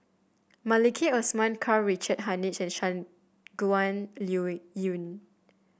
Maliki Osman Karl Richard Hanitsch Shangguan Liuyun